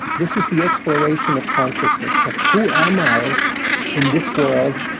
this is the exploration of consciousness of who am i in this world?